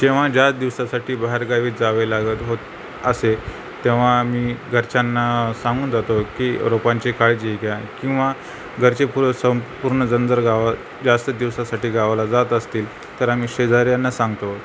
जेव्हा ज्यात दिवसासाठी बाहेरगावी जावे लागत होत असे तेव्हा आम्ही घरच्यांना सांगून जातो की रोपांची काळजी घ्या किंवा घरचे पूर सं पूर्ण जन जर गावी जास्त दिवसासाठी गावाला जात असतील तर आम्ही शेजाऱ्यांना सांगतो